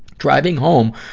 driving home,